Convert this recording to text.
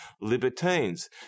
libertines